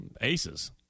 Aces